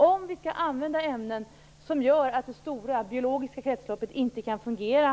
Skall vi använda ämnen som medför att det stora, biologiska kretsloppet inte kan fungera?